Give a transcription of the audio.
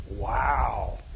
Wow